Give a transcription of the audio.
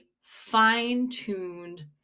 fine-tuned